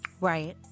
Right